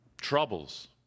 troubles